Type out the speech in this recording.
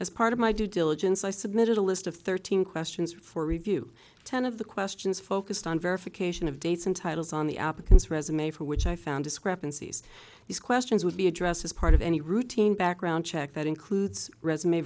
as part of my due diligence i submitted a list of thirteen questions for review ten of the questions focused on verification of dates and titles on the applicant's resume for which i found discrepancies these questions would be addressed as part of any routine background check that includes resume